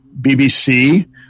BBC